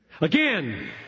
again